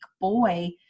boy